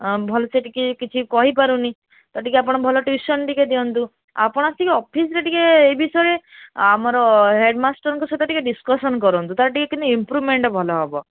ଅଁ ଭଲସେ ଟିକେ କିଛି କହିପାରୁନି ତ ଟିକେ ଆପଣ ଭଲ ଟିଉସନ୍ ଟିକିଏ ଦିଅନ୍ତୁ ଆପଣ ଆସିକି ଅଫିସ୍ରେ ଟିକେ ଏ ବିଷୟରେ ଆମର ହେଡ଼ମାଷ୍ଟରଙ୍କ ସହିତ ଟିକେ ଡିସ୍କସନ୍ କରନ୍ତୁ ତା'ର ଟିକିଏ କେମିତି ଟିକିଏ ଇମ୍ପ୍ରୁଭମେଣ୍ଟ ଭଲ ହବ